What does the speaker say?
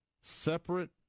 separate